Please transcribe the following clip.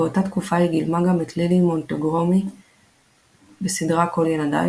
באותה תקופה היא גילמה גם את לילי מונטוגמרי בסדרה "כל ילדיי",